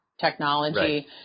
technology